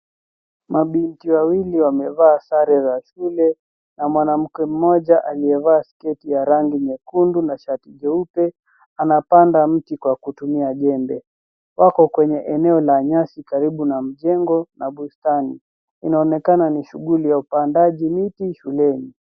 Mabinti wawili wamevaa sare za shule na mwanamke mmoja aliyevaa sketi ya rangi nyekundu na shati jeupe anapanda mti kwa kutumia jembe. Wako kwenye eneo la nyasi karibu na mjengo na bustani. Inaonekana ni shughuli ya upandaji miti shuleni.